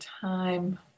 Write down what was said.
time